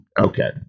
Okay